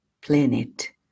planet